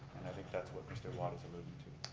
and i think that's what mr. watt is alluding to.